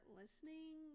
listening